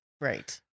Right